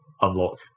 unlock